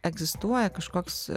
egzistuoja kažkoks